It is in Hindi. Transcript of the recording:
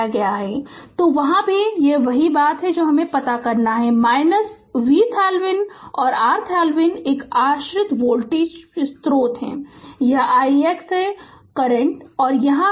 Refer Slide Time 1619 तो यहाँ भी वही बात पता करनी है VThevenin और RThevenin एक आश्रित वोल्टेज स्रोत है यह ix है करंट यहाँ है ix यह ix यहाँ है